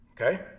okay